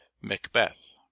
macbeth